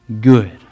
good